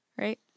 Right